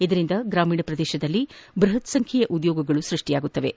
ಇದರಿಂದ ಗ್ರಾಮೀಣ ಪ್ರದೇಶದಲ್ಲಿ ಬೃಹತ್ ಸಂಬ್ಲೆಯ ಉದ್ಲೋಗಗಳು ಸ್ಕಷ್ಷಿಯಾಗಲಿವೆ